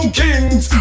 kings